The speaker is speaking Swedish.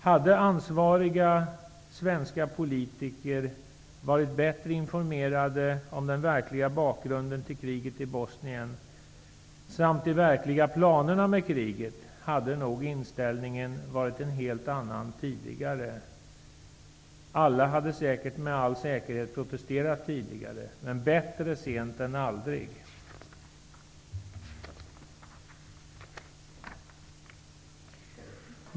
Hade ansvariga svenska politiker varit bättre informerade om den verkliga bakgrunden till kriget i Bosnien samt de verkliga planerna med kriget, hade nog inställningen tidigare varit en helt annan. Alla hade med all säkerhet protesterat tidigare, men bättre sent än aldrig.